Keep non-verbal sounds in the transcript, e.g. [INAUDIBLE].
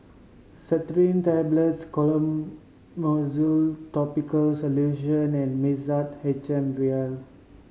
[UNINTELLIGIBLE] Tablets Clotrimozole Topical Solution and Mixtard H M Vial